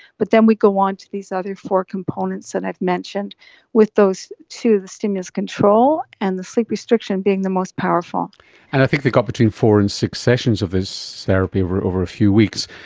but then we go on to these other four components that and i've mentioned with those two, the stimulus control and the sleep restriction being the most powerful. and i think they got between four and six sessions of this therapy over over a few weeks.